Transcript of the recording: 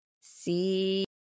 see